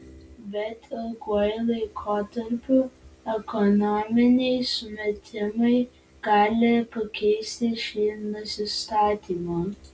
bet ilguoju laikotarpiu ekonominiai sumetimai gali pakeisti šį nusistatymą